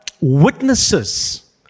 witnesses